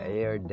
air